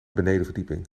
benedenverdieping